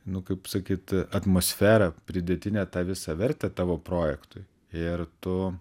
nu kaip sakyt atmosferą pridėtinę tą visą vertę tavo projektui ir tu